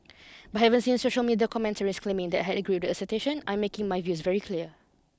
but having seen social media commentaries claiming that I had agreed the assertion I'm making my views very clear